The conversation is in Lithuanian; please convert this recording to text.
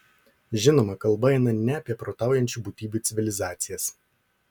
žinoma kalba eina ne apie protaujančių būtybių civilizacijas